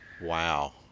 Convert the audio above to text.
wow